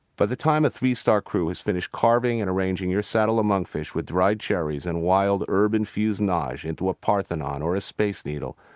by the time a three-star crew has finished carving and arranging your saddle of monkfish with dried cherries and wild-herb-infused nage into a parthenon or a space needle,